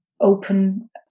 open